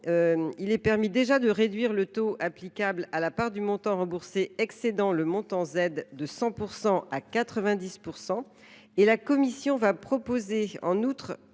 permet déjà de réduire le taux applicable à la part du montant remboursé excédant le montant Z, de 100 % à 90 %.